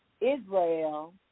Israel